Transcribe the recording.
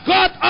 God